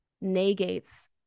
negates